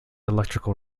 electrical